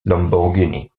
lamborghini